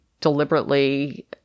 deliberately –